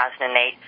2008